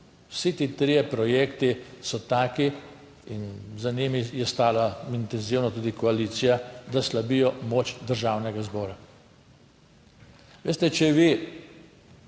Vsi ti trije projekti so taki in za njimi je stala intenzivno tudi koalicija, da slabijo moč Državnega zbora. Veste, če vi